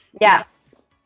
yes